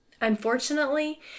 Unfortunately